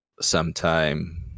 sometime